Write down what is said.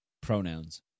pronouns